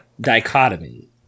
dichotomy